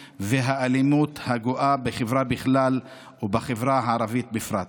ואלימות הגואה בחברה בכלל ובחברה הערבית בפרט.